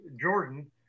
Jordan